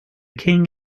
king